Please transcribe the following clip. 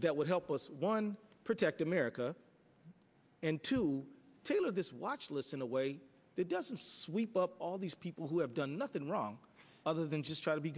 that would help us one protect america and to tailor this watchlist in a way that doesn't sweep up all these people who have done nothing wrong other than just try to be